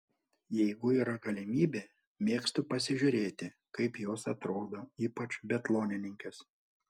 jeigu yra galimybė mėgstu pasižiūrėti kaip jos atrodo ypač biatlonininkės